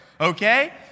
Okay